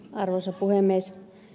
arvoisa puhemies